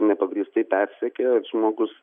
nepagrįstai persekiojo žmogus